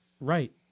right